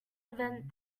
invent